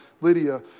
Lydia